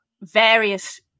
various